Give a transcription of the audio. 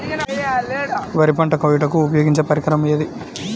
వరి పంట కోయుటకు ఉపయోగించే పరికరం ఏది?